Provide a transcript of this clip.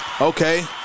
Okay